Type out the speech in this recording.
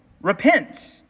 repent